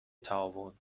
تعاون